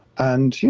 and you